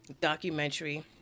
documentary